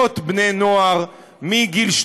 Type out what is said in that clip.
חברי הכנסת,